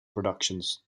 productions